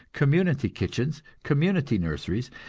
community kitchens, community nurseries,